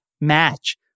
match